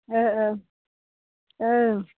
ओ ओ औ